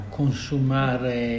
consumare